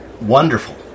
Wonderful